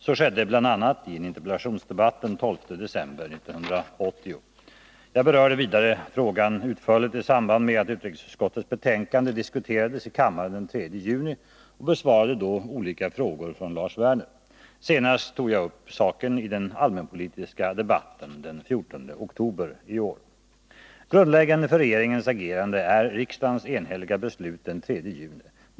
Så skedde bl.a. i en interpellationsdebatt den 12 december 1980. Jag berörde vidare frågan utförligt i samband med att utrikesutskottets betänkande diskuterades i kammaren den 3 juni och besvarade då olika frågor från Lars Werner. Senast behandlade jag saken i den allmänpolitiska debatten den 14 oktober i år. Grundläggande för regeringens agerande är riksdagens enhälliga beslut den 3 juni.